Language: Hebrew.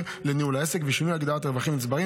לניהול העסק ושינוי הגדרת רווחים נצברים,